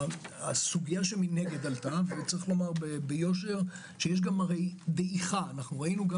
הסוגיה שמנגד עלתה - שיש גם דעיכה ראינו גם